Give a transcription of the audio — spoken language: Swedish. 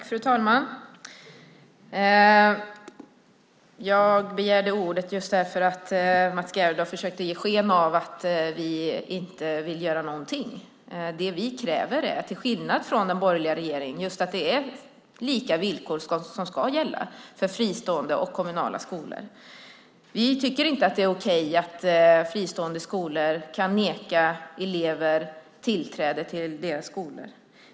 Fru talman! Jag begärde ordet just därför att Mats Gerdau försökte ge sken av att vi inte vill göra någonting. Det vi kräver, till skillnad från den borgerliga regeringen, är att det ska gälla lika villkor för fristående och kommunala skolor. Vi tycker inte att det är okej att fristående skolor kan neka elever tillträde till deras skolor.